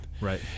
Right